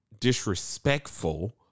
disrespectful